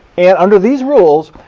and under these rules,